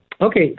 Okay